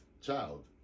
child